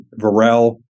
Varel